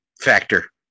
factor